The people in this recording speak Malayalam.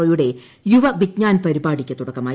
ഒ യുടെ യുവ വിജ്ഞാൻ പരിപാടിക്ക് തുടക്കമായി